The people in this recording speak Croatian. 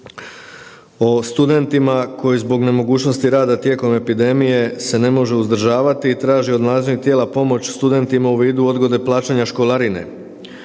o studentima koji zbog nemogućnosti rada tijekom epidemije se ne može uzdržavati i traži od nadležnih tijela pomoć studentima u vidu odgode plaćanja školarine.